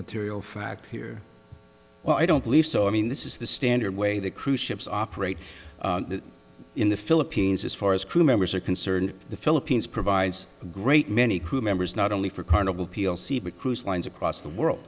material fact here well i don't believe so i mean this is the standard way that cruise ships operate in the philippines as far as crew members are concerned the philippines provides a great many crew members not only for carnival cruise lines across the world